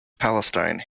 palestine